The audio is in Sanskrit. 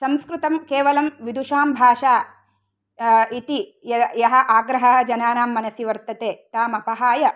संस्कृतं केवलं विदुषां भाषा इति यः आग्रहः जनानां मनसि वर्तते ताम् अपहाय